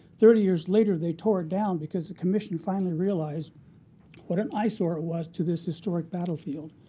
thirty years later they tore it down because the commission finally realized what an eyesore it was to this historic battlefield.